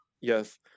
Yes